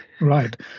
Right